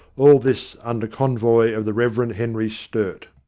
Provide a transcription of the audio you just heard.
all this under convoy of the reverend henry sturt.